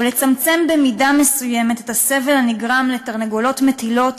או לצמצם במידה מסוימת את הסבל הנגרם לתרנגולות מטילות,